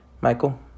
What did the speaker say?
michael